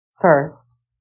First